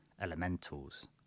elementals